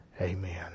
Amen